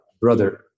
brother